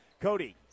Cody